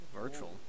virtual